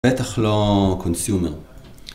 בטח לא קונסיומר.